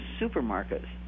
supermarkets